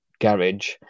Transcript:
garage